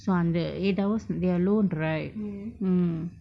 so in the eight hours they alone right mm